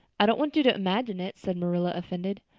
i don't want you to imagine it, said marilla, offended.